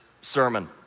sermon